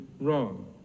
wrong